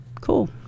Cool